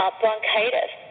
bronchitis